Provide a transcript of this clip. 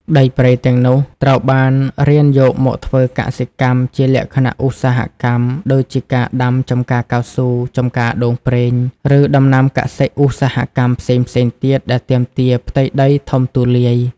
ដីព្រៃទាំងនោះត្រូវបានរានយកមកធ្វើ កសិកម្ម ជាលក្ខណៈឧស្សាហកម្ម ដូចជាការដាំ ចម្ការកៅស៊ូ ចម្ការដូងប្រេង ឬដំណាំកសិឧស្សាហកម្មផ្សេងៗទៀត ដែលទាមទារផ្ទៃដីធំទូលាយ។